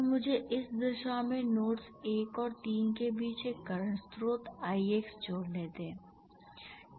तो मुझे इस दिशा में नोड्स 1 और 3 के बीच एक करंट स्रोत Ix जोड़ने दें